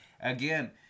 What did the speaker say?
again